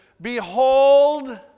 Behold